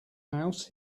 house